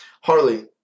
Harley